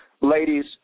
Ladies